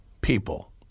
people